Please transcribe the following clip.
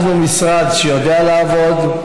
אנחנו משרד שיודע לעבוד,